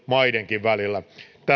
maidenkin välillä